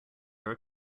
her